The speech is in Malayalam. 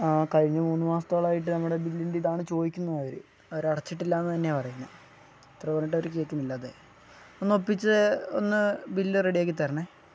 ആ കഴിഞ്ഞ മൂന്നു മാസത്തോളായിട്ട് നമ്മുടെ ബില്ലിൻ്റെ ഇതാണ് ചോദിക്കുന്നത് അവര് അവര് അടച്ചിട്ടില്ലാന്നു തന്നെയാണു പറയുന്നത് എത്ര പറഞ്ഞിട്ടും അവര് കേള്ക്കുന്നില്ല അതെ ഒന്ന് ഒപ്പിച്ച് ഒന്ന് ബില്ല് റെഡിയാക്കിത്തരണേ